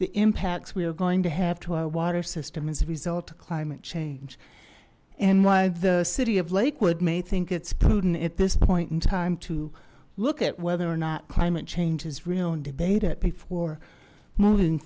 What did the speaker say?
the impacts we are going to have to our water system as a result of climate change and why the city of lakewood may think it's prudent at this point in time to look at whether or not climate change is real and debate it before moving